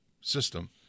system